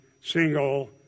single